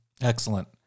excellent